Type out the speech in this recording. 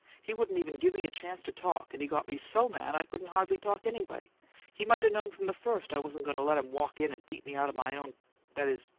he wouldn't even give me a chance to talk and he got me so mad i couldn't hardly talk, anyway! he might a known from the first i wasn't going to let him walk in and beat me out of my own that is,